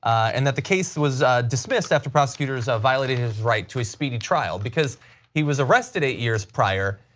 and that the case was dismissed after prosecutors ah violated his right to a speedy trial. because he was arrested eight years prior,